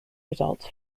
results